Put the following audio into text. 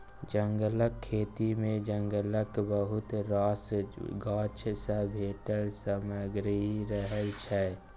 जंगलक खेती मे जंगलक बहुत रास गाछ सँ भेटल सामग्री रहय छै